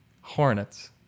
Hornets